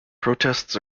protests